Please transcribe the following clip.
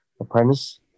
apprentice